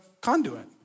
conduit